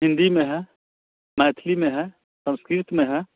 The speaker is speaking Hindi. हिंदी में है मैथिली में है संस्कृत में है